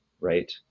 right